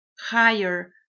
higher